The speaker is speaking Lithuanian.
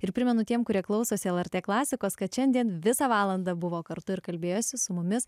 ir primenu tiems kurie klausosi lrt klasikos kad šiandien visą valandą buvo kartu ir kalbėjosi su mumis